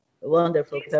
Wonderful